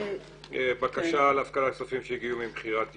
בקשה להפקדת כספים שהגיעו ממכירת דירה,